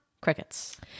crickets